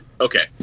okay